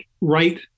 right